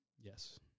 yes